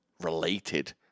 related